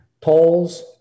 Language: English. polls